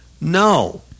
No